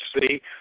see